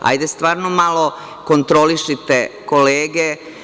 Hajde stvarno malo kontrolišite kolege.